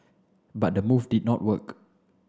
but the move did not work